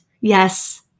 Yes